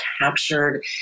captured